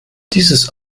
dieses